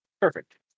Perfect